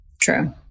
True